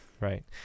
Right